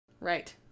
Right